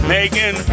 Megan